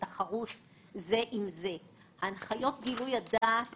שלנו בתחום הבנקאות עד שיהיו המסקנות מהמחקר הזה.